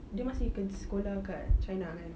dia masih sekolah kat china kan